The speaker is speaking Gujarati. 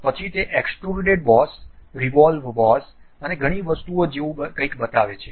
પછી તે extruded boss base revolve base અને ઘણી વસ્તુઓ જેવું કંઈક બતાવે છે